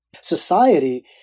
society